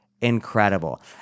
incredible